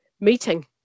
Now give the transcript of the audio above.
meeting